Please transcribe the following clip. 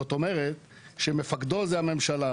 זאת אומרת שמפקדו זה הממשלה.